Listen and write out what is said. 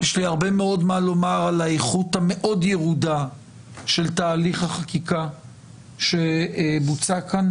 יש לי הרבה מה לומר על האיכות הירודה מאוד של תהליך החקיקה שבוצע כאן.